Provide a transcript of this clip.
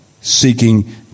seeking